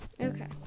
Okay